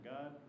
God